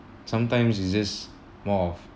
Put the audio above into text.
sometimes is just more of